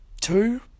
two